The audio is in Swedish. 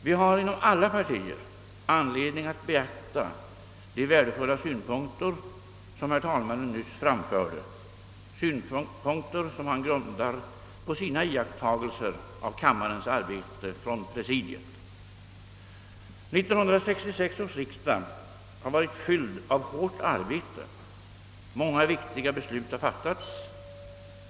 Vi har inom alla partier anledning att beakta de värdefulla synpunkter, som herr talmannen nyss framförde, synpunkter som han grundar på sina iakttagelser av kammarens arbete från presidiet, 1966 års riksdag har varit fylld av hårt arbete. Många viktiga beslut har fattats.